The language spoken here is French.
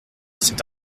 cet